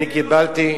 אני קיבלתי,